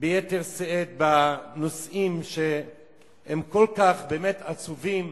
ביתר שאת בנושאים שהם כל כך עצובים,